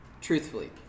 Truthfully